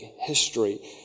history